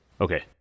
Okay